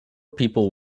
people